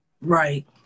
Right